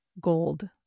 Gold